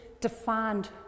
defined